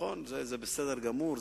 זה בסדר גמור,